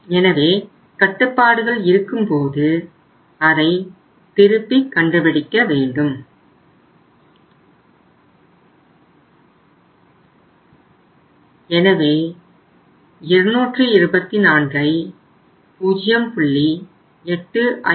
எனவே கட்டுப்பாடுகள் இருக்கும்போது அதை திருப்பிக் கண்டுபிடிக்க வேண்டும் எனவே 224ஐ 0